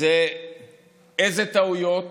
זה אילו טעויות